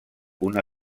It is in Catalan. una